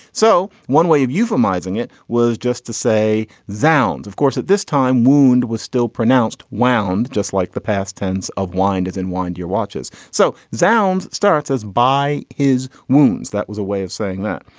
so one way of euthanizing it was just to say the sounds of course at this time wound was still pronounced wound. just like the past tense of wine as in wine to your watches. so sound starts as by his wounds. that was a way of saying that.